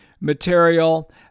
material